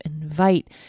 invite